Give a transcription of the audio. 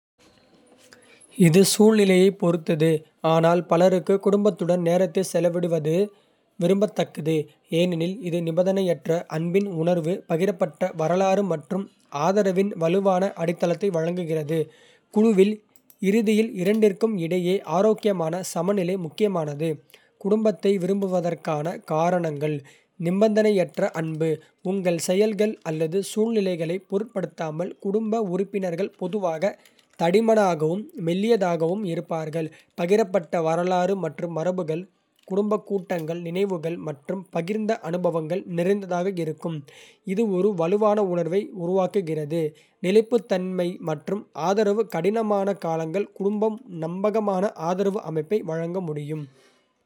இது சூழ்நிலையைப் பொறுத்தது, ஆனால் பலருக்கு, குடும்பத்துடன் நேரத்தைச் செலவிடுவது விரும்பத்தக்கது, ஏனெனில் இது நிபந்தனையற்ற அன்பின் உணர்வு, பகிரப்பட்ட வரலாறு மற்றும் ஆதரவின் வலுவான அடித்தளத்தை வழங்குகிறது. குழுவில்; இறுதியில், இரண்டிற்கும் இடையே ஆரோக்கியமான சமநிலை முக்கியமானது. குடும்பத்தை விரும்புவதற்கான காரணங்கள். நி0பந்தனையற்ற அன்பு: உங்கள் செயல்கள் அல்லது சூழ்நிலைகளைப் பொருட்படுத்தாமல், குடும்ப உறுப்பினர்கள் பொதுவாக தடிமனாகவும் மெல்லியதாகவும் இருப்பார்கள். பகிரப்பட்ட வரலாறு மற்றும் மரபுகள்: குடும்பக் கூட்டங்கள் நினைவுகள் மற்றும் பகிர்ந்த அனுபவங்கள் நிறைந்ததாக இருக்கும், இது ஒரு வலுவான உணர்வை உருவாக்குகிறது. நிலைப்புத்தன்மை மற்றும் ஆதரவு: கடினமான காலங்களில் குடும்பம் நம்பகமான ஆதரவு அமைப்பை வழங்க முடியும்.